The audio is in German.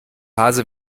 hase